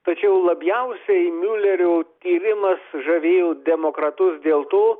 tačiau labiausiai miulerio tyrimas sužavėjo demokratus dėl to